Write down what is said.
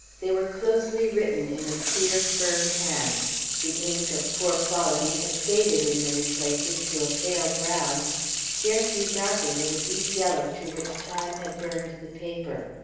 they were closely written in a clear, firm hand the ink, of poor quality, had faded in many places to a pale brown scarcely darker than the deep yellow to which time had burned the paper.